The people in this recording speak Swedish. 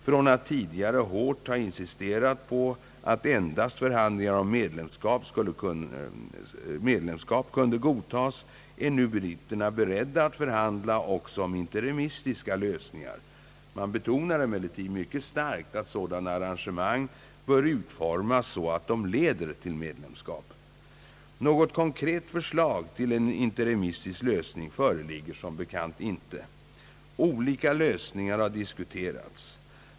Från att tidigare hårt ha insisterat på att endast förhandlingar om medlemskap kunde godtas är nu britterna beredda att förhandla också om interimistiska lösningar. Man betonar emellertid mycket starkt att sådana arrangemang bör utformas så att de leder till medlemskap. Något konkret förslag till en interimistisk lösning föreligger som bekant inte. Olika lösningar diskuteras.